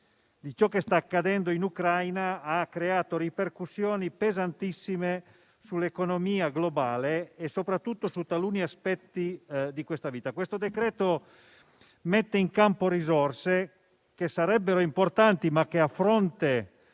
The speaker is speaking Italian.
ciò che sta accadendo in Ucraina ha creato ripercussioni pesantissime sull'economia globale e soprattutto su taluni aspetti della vita. Il provvedimento mette in campo risorse che sarebbero importanti, ma che, a fronte